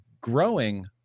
growing